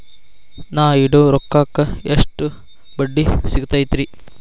ನಾ ಇಡೋ ರೊಕ್ಕಕ್ ಎಷ್ಟ ಬಡ್ಡಿ ಸಿಕ್ತೈತ್ರಿ?